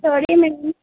sorry ma'am